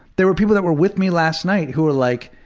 there were people that were with me last night who were like,